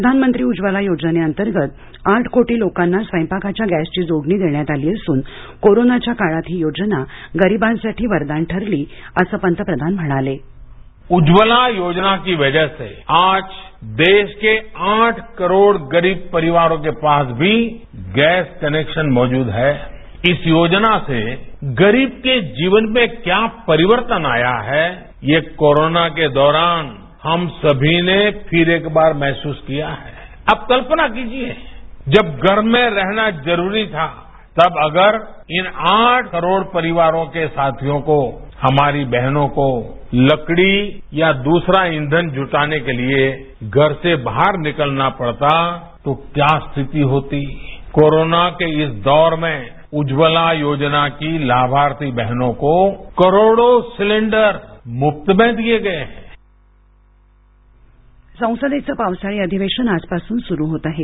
प्रधानमंत्री उज्वला योजनेअंतर्गत आठ कोटी लोकांना स्वयंपाकाच्या गॅसची जोडणी देण्यात आली असून कोरोनाच्या काळात ही योजना गरीबांसाठी वरदान ठरली अस पंतप्रधान म्हणाले उज्वला योजना की वजह से आज देश के आठ करोड गरीब परिवारों के पास भी गैस कनेक्शसन मौजूद है इस योजना से गरीब के जीवन में क्या परिवर्तन आया है ये कोरोना के दौरान हम सभी ने फिर एक बार महसूस किया है आप कल्पकना कीजिए जब घर में रहना जरूरी था तब अगर इन आठ करोड परिवारों के साथियों को हमारी बहनों को लकडी या दूसरा ईधन जुटाने के लिए घर से बाहर निकलना पडता तो क्या स्थिति होती कोरोना के इस दौर में उज्व ला योजना की लाभार्थी बहनों को करोडों सिलेंडर मुफ्त में दिए गए हैं संसद अधिवेशन संसदेचं पावसाळी अधिवेशन आजपासून सुरु होत आहे